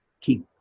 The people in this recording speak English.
keep